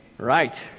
Right